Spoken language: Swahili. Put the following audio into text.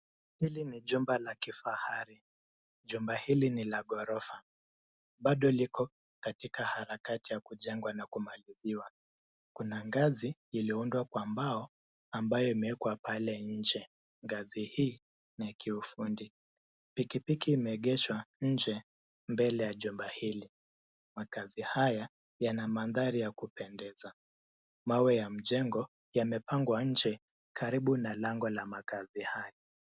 Hili ni jumba la kifahari. Jumba hili ni la ghorofa. Bado liko katika harakati ya kujengwa na kumaliziwa. Kuna ngazi iliyoundwa kwa mbao ambayo imewekwa pale nje. Ngazi hii ni ya kiufundi. Pikipiki imeegeshwa nje mbele ya jumba hili. Makazi haya yana mandhari ya kupendeza. Mawe ya mjengo yamepangwa nje karibu na lango la makazi haya.